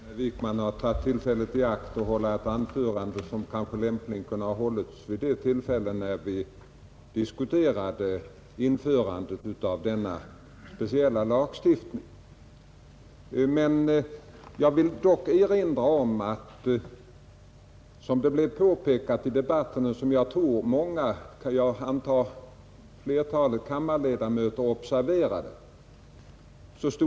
Herr talman! Herr Wijkman har tagit tillfället i akt att hålla ett anförande som kanske lämpligen kunde ha hållits när vi diskuterade införandet av den speciella lagstiftningen. Jag vill dock erinra om en sak som påpekades i den debatten och som jag antar att flertalet kammarledamöter observerade.